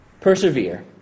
Persevere